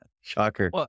Shocker